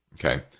Okay